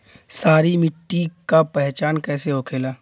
सारी मिट्टी का पहचान कैसे होखेला?